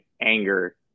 anger